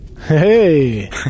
Hey